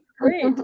great